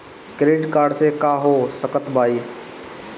Credit card से का हो सकइत बा?